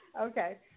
Okay